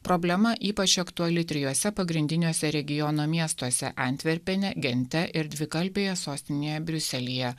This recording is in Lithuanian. problema ypač aktuali trijuose pagrindiniuose regiono miestuose antverpene gente ir dvikalbėje sostinėje briuselyje